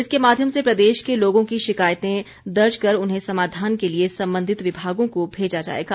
इसके माध्यम से प्रदेश के लोगों की शिकायतें दर्ज कर उन्हें समाधान के लिए संबंधित विभागों को भेजा जाएगा